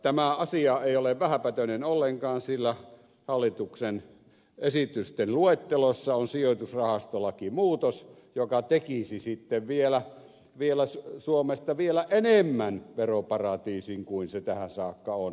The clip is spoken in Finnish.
tämä asia ei ole vähäpätöinen ollenkaan sillä hallituksen esitysten luettelossa on sijoitusrahastolakimuutos joka tekisi sitten suomesta vielä enemmän veroparatiisin kuin se tähän saakka on ollut